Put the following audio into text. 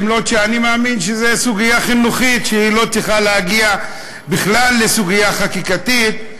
אף שאני מאמין שזאת סוגיה חינוכית שלא צריכה להגיע בכלל כסוגיה חקיקתית.